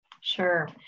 Sure